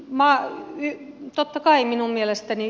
ja totta kai minun mielestäni